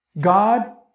God